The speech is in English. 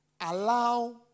allow